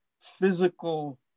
physical